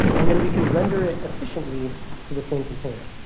and then we can render it efficiently to the same container.